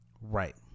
Right